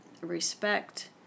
respect